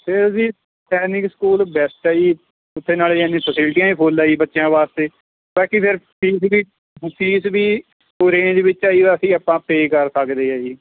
ਫਿਰ ਜੀ Sainik school best ਹੈ ਜੀ ਉੱਥੇ ਨਾਲੇ ਇੰਨੀਆਂ ਫਸਿਲਟੀਆਂ ਵੀ ਫੁੱਲ ਆ ਜੀ ਬੱਚਿਆਂ ਵਾਸਤੇ ਤਾਂ ਕਿ ਫਿਰ ਫੀਸ ਵੀ ਫੀਸ ਵੀ ਉਹ ਰੇਂਜ ਵਿੱਚ ਆ ਜੀ ਬਾਕੀ ਆਪਾਂ ਪੇ ਕਰ ਸਕਦੇ ਆ ਜੀ